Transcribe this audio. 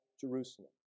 Jerusalem